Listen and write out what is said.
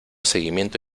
seguimiento